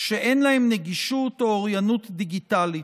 שאין להן נגישות או אוריינות דיגיטלית.